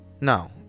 No